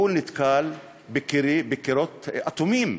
הוא נתקל בקירות אטומים.